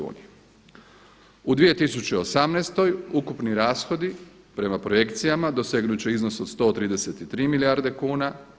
U 2018. ukupni rashodi prema projekcijama dosegnut će iznos od 133 milijarde kuna.